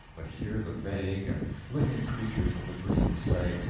but hear the vague and flitting creatures of the dreams say,